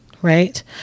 Right